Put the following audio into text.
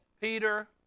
Peter